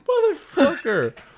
Motherfucker